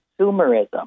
consumerism